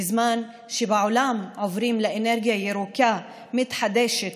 בזמן שבעולם עוברים לאנרגיה ירוקה מתחדשת